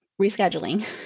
rescheduling